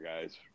guys